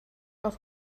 auf